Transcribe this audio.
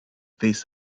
this